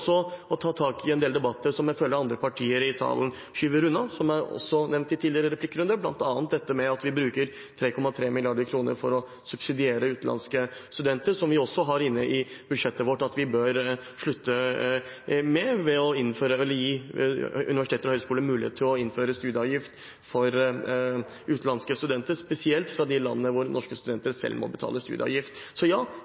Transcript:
å ta tak i en del debatter jeg føler andre partier i salen skyver unna, som jeg også nevnte i en tidligere replikkrunde, bl.a. dette med at vi bruker 3,3 mrd. kr på å subsidiere utenlandske studenter. Vi har inne i budsjettet vårt at vi bør slutte med det, ved å gi universiteter og høyskoler mulighet til å innføre studieavgift for utenlandske studenter, spesielt fra de landene hvor norske studenter